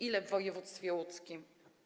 Ile w województwie łódzkim?